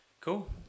Cool